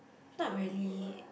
not really